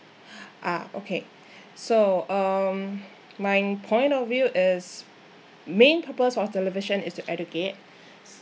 ah okay so um my point of view is main purpose of television is to educate